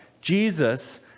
Jesus